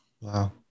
Wow